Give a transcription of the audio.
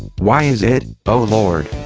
why is it, o lord?